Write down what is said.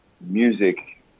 music